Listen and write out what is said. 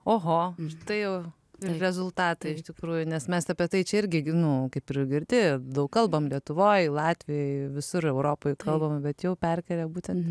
oho štai jau rezultatai iš tikrųjų nes mes apie tai čia irgi nu kaip ir girdi daug kalbam lietuvoj latvijoj visur europoj kalbam bet jau perkelia būtent